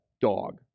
dog